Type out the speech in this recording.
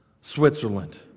Switzerland